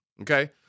Okay